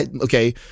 okay